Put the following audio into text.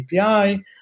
API